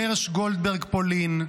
הירש גולדברג פולין,